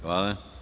Hvala.